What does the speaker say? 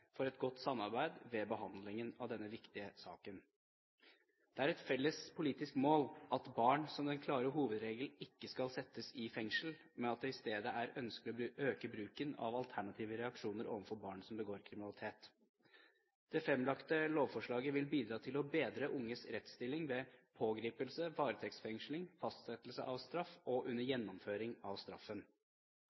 for et godt samarbeid ved behandlingen av denne viktige saken. Det er et felles politisk mål at barn, som en klar hovedregel, ikke skal settes i fengsel, men at det i stedet er ønskelig å øke bruken av alternative reaksjoner overfor barn som begår kriminalitet. Det fremlagte lovforslaget vil bidra til å bedre unges rettsstilling ved pågripelse, varetektsfengsling, fastsettelse av straff, og under gjennomføringen av straffen.